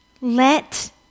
let